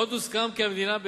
עוד הוסכם כי המדינה,